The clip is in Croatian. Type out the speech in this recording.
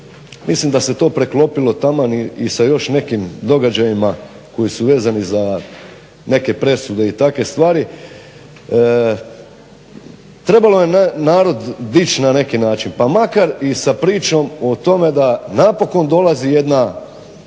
mislim da se to preklopilo taman i sa još nekim događajima koji su vezani za neke presude i take stvari. Trebalo je narod dić na neki način, pa makar i sa pričom o tome da napokon dolazi jedna